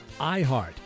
iHeart